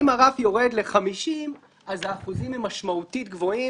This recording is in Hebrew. אם הרף יורד ל-50 אז האחוזים משמעותית גבוהים